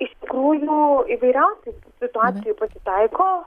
iš tikrųjų įvairiausių situacijų pasitaiko